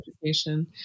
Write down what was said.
education